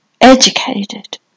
educated